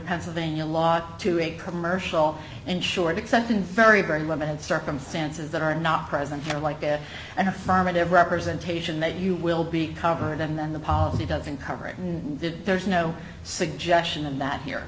pennsylvania law to a commercial insured except in very very limited circumstances that are not present here like an affirmative representation that you will be covered and then the policy doesn't cover it and there's no suggestion in that here